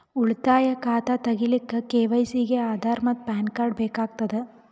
ಉಳಿತಾಯ ಖಾತಾ ತಗಿಲಿಕ್ಕ ಕೆ.ವೈ.ಸಿ ಗೆ ಆಧಾರ್ ಮತ್ತು ಪ್ಯಾನ್ ಕಾರ್ಡ್ ಬೇಕಾಗತದ